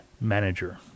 manager